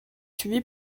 suivi